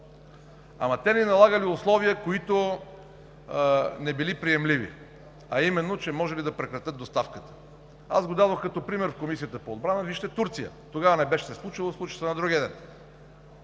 Ама те ни налагали условия, които не били приемливи, а именно, че можели да прекратят доставката. Дадох го като пример в Комисията по отбрана: вижте Турция, тогава не се беше случило, случи се на другия ден.